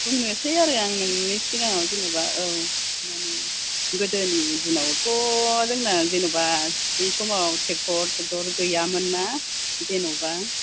बुंनोसै आरो आं नोंनि सिगाङाव जेनेबा औ माने गोदोनि दिनावथ' जोंना जेनेबा बै समाव ट्रेकटर थ्रुकटर गैयामोन ना जेनेबा